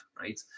right